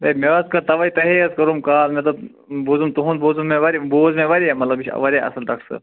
A مےٚ حظ کٔر تَوَے تۄہی حظ کوٚرُم کال مےٚ دوٚپ بوٗزُم تُہُنٛد بوٗزُم مےٚ بوٗز مےٚ واریاہ مطلب یہِ چھِ واریاہ اَصٕل ڈاکٹَر صٲب